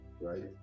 right